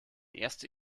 erste